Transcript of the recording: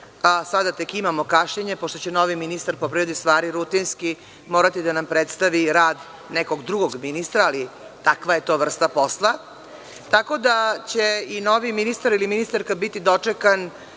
sada tek imamo kašnjenje pošto će novi ministar, po prirodi stvari, rutinski morati da nam predstavi rad nekog drugog ministra, ali takva je to vrsta posla, tako da će i novi ministar ili ministarka biti dočekan